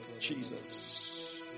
Jesus